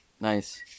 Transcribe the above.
Nice